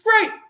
great